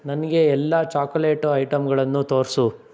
ನನಗೆ ಎಲ್ಲ ಚಾಕೊಲೇಟು ಐಟಮ್ಗಳನ್ನು ತೋರಿಸು